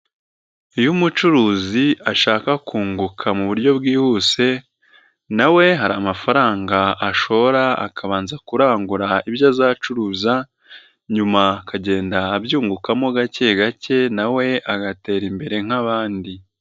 Iyo umucuruzi ashaka kunguka mu buryo bwihuse na we hari amafaranga ashora akabanza kurangura ibyo azacuruza nyuma akagenda abyungukamo gake gake na we agatera imbere nk'abandi.